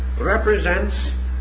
represents